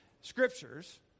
Scriptures